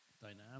dynamic